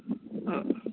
ꯍꯣꯏ